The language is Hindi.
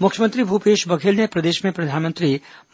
प्रधानमंत्री मातृ वन्दना योजना मुख्यमंत्री भूपेश बघेल ने प्रदेश में प्रधानमंत्री